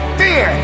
fear